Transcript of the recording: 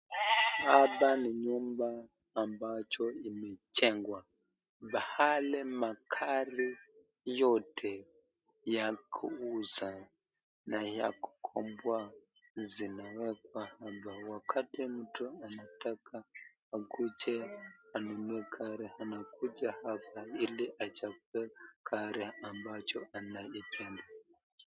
Hapa ni nyumba ambacho imejengwa, pahali magari yote ya kuuza na ya kukomboa zinawekwa hapa, wakati mtu anataka akuje anunue gari anakuja hapa ili achague gari ambacho anaipenda.